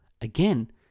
again